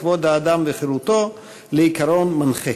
כבוד האדם וחירותו לעיקרון מנחה.